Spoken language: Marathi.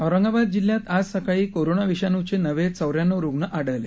औरंगाबाद जिल्ह्यात आज सकाळी कोरोना विषाणूचे नवे चौऱ्याण्णव रुग्ण आढळले